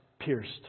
pierced